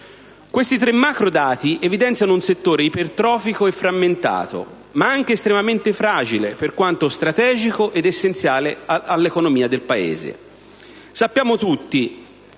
Questi tre macrodati evidenziano un settore ipertrofico e frammentato, ma anche estremamente fragile per quanto strategico ed essenziale all'economia del Paese. Sappiamo tutti,